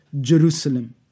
Jerusalem